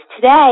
Today